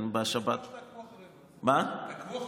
תעקבו אחרינו.